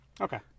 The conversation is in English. Okay